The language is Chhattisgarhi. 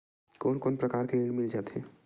कोन कोन प्रकार के ऋण मिल जाथे?